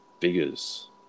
figures